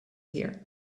here